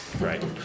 right